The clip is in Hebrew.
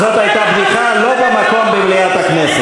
זאת הייתה בדיחה לא במקום במליאת הכנסת.